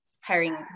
hiring